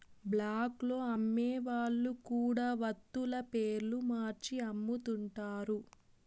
black లో అమ్మే వాళ్ళు కూడా వత్తుల పేర్లు మార్చి అమ్ముతుంటారు